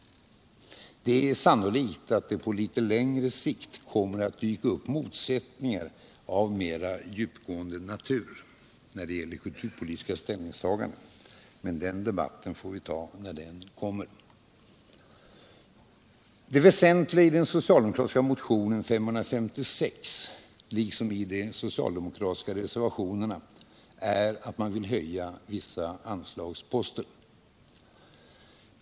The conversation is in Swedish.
Det är sannolikt att det på litet längre sikt kommer att dyka upp motsättningar av mer djupgående natur när det gäller kulturpolitiska ställningstaganden. Men den debatten får vi ta när den kommer. Det väsentliga i den socialdemokratiska motionen 556 liksom i de socialdemokratiska reservationerna är att man vill höja vissa anslagsposter.